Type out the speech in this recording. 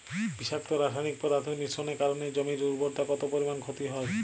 বিষাক্ত রাসায়নিক পদার্থের মিশ্রণের কারণে জমির উর্বরতা কত পরিমাণ ক্ষতি হয়?